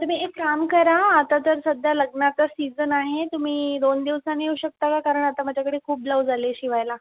तुम्ही एक काम करा आता तर सध्या लग्नाचा सीजन आहे तुम्ही दोन दिवसानी येऊ शकता का कारण आता माझ्याकडे खूप ब्लाऊज आले शिवायला